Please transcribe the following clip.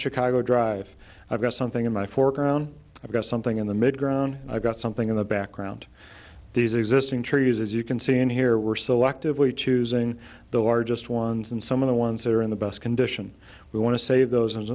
chicago drive i've got something in my fork around i've got something in the mid ground i've got something in the background these are existing trees as you can see in here we're selectively choosing the largest ones and some of the ones that are in the best condition we want to save those